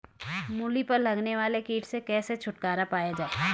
मूली पर लगने वाले कीट से कैसे छुटकारा पाया जाये?